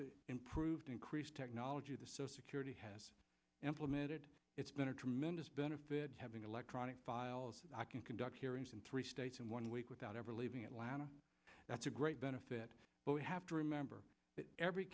the improved increase technology the so security has implemented it's been a tremendous benefit to having electronic files i can conduct hearings in three states in one week without ever leaving atlanta that's a great benefit but we have to remember that every